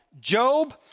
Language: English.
Job